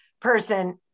person